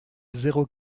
zéro